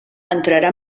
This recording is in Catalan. entrarà